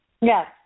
Yes